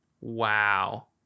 Wow